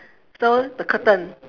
so the curtain